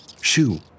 Shoo